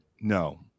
No